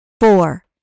four